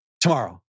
tomorrow